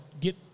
get